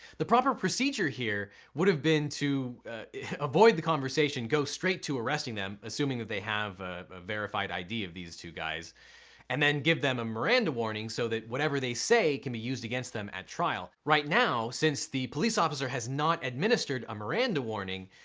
the proper procedure here would of been to avoid the conversation, go straight to arresting them, assuming that they have a verified id of these two guys and then give them a miranda warning so that whatever they say can be used against them at trial. right now, since the police officer has not administered a miranda warning,